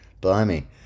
blimey